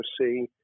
see